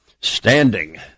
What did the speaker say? Standing